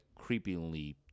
creepily